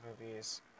movies